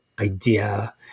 idea